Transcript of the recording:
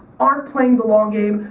aren't playing the long game,